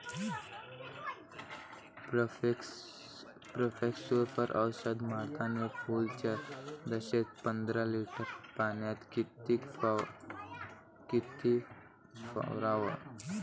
Profex Super औषध मारतानी फुलाच्या दशेत पंदरा लिटर पाण्यात किती फवाराव?